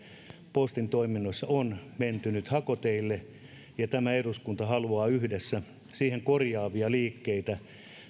postin toiminnoissa on menty nyt hakoteille ja tämä eduskunta haluaa yhdessä siihen korjaavia liikkeitä